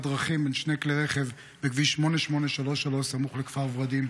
דרכים בין שני כלי רכב בכביש 8833 סמוך לכפר ורדים,